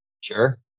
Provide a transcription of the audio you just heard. Sure